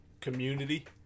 Community